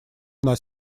нас